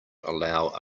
allow